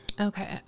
okay